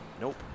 Nope